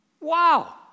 Wow